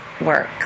work